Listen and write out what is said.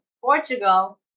portugal